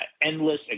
endless